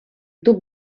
tub